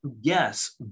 Yes